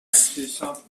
fax